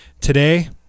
Today